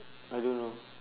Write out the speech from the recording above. I don't know